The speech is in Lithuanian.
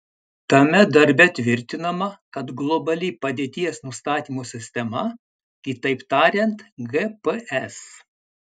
tame darbe tvirtinama kad globali padėties nustatymo sistema kitaip tariant gps